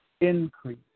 increase